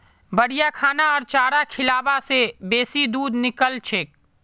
बढ़िया खाना आर चारा खिलाबा से बेसी दूध निकलछेक